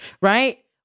right